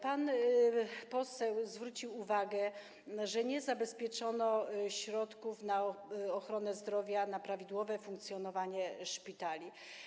Pan poseł zwrócił uwagę, że nie zabezpieczono środków na ochronę zdrowia, na prawidłowe funkcjonowanie szpitali.